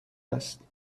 است